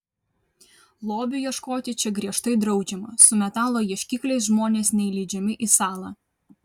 lobių ieškoti čia griežtai draudžiama su metalo ieškikliais žmonės neįleidžiami į salą